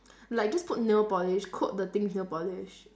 like just put nail polish coat the thing with nail polish